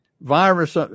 virus